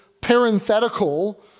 parenthetical